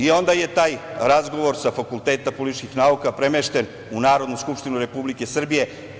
Onda je taj razgovor sa Fakulteta političkih nauka premešten u Narodnu skupštinu Republike Srbije.